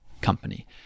company